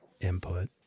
input